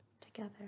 together